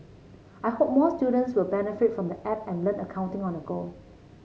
I hope more students will benefit from the app and learn accounting on the go